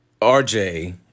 RJ